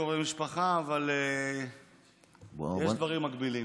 לא קרובי משפחה, אבל יש דברים מקבילים.